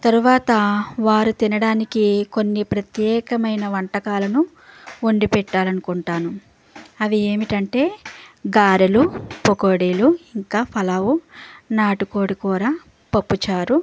తరువాత వారు తినడానికి కొన్ని ప్రత్యేకమైన వంటకాలను వండి పెట్టాలనుకుంటాను అవి ఏమిటంటే గారెలు పకోడీలు ఇంకా పలావు నాటుకోడి కూర పప్పు చారు